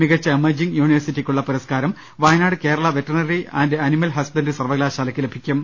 മികച്ച എമർജിംഗ് യൂണിവേഴ്സിറ്റിക്കുളള പുരസ്കാരം Wayanad Kerala veterinary and animal husbandry സർവകലാശാലയ്ക്ക് ലഭിക്കും